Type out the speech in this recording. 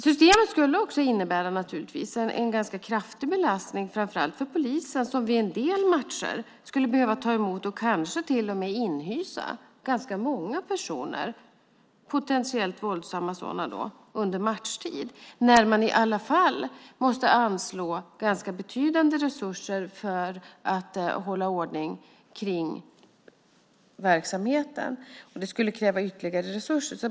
Systemet skulle naturligtvis också innebära en ganska kraftig belastning framför allt för polisen som vid en del matcher skulle behöva ta emot och kanske till och med inhysa ganska många personer, potentiellt våldsamma sådana, under matchtid när man i alla fall måste anslå ganska betydande resurser för att hålla ordning kring verksamheten. Det skulle kräva ytterligare resurser.